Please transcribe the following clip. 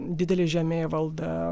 didelė žemėvalda